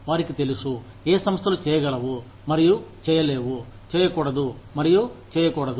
వారికి తెలుసు ఏ సంస్థలు చేయగలవు మరియు చేయలేవు చేయకూడదు మరియు చేయకూడదు